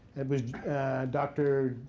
it was dr.